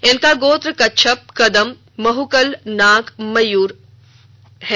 इनका गोत्र कच्छप कदम महुकल नाग मयुर शामिल हैं